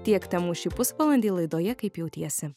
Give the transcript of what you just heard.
tiek temų šį pusvalandį laidoje kaip jautiesi